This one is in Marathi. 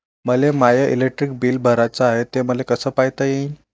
मले माय इलेक्ट्रिक बिल भराचं हाय, ते मले कस पायता येईन?